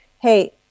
hey